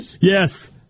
Yes